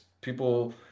people